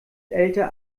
älter